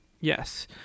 Yes